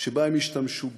שהם ישתמשו בו.